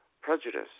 prejudice